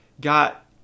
got